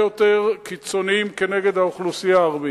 יותר קיצוניים כנגד האוכלוסייה הערבית.